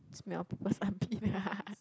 smell people's armpit